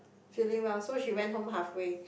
feeling well so she went home halfway